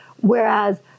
Whereas